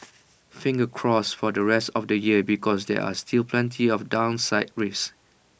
fingers crossed for the rest of the year because there are still plenty of downside risks